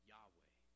Yahweh